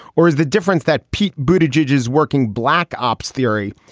or is the difference that pete bhuta jej is working black ops theory?